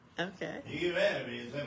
okay